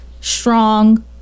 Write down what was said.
strong